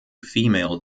female